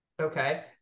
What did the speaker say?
Okay